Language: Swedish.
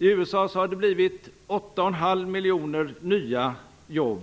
I USA har det blivit 8,5 miljoner nya jobb,